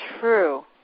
true